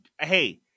hey